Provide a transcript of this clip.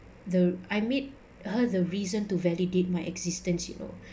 the I made her the reason to validate my existence you know